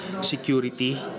security